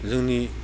जोंनि